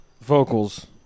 vocals